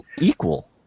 equal